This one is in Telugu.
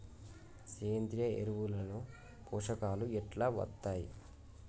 సేంద్రీయ ఎరువుల లో పోషకాలు ఎట్లా వత్తయ్?